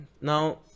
Now